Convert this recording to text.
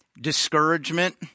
discouragement